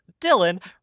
dylan